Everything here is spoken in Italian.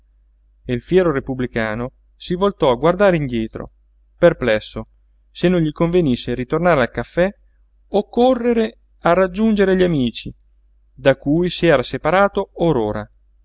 e il fiero repubblicano si voltò a guardare indietro perplesso se non gli convenisse ritornare al caffè o correre a raggiungere gli amici da cui si era separato